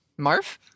Marf